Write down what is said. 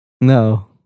no